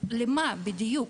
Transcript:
למה בדיוק?